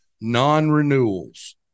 non-renewals